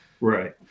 Right